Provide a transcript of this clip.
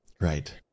Right